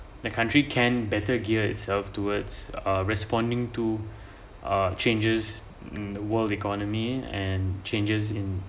the country can better gear itself towards a responding to uh changes in the world economy and changes in